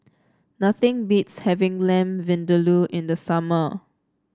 nothing beats having Lamb Vindaloo in the summer